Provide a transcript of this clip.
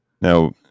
Now